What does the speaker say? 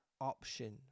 option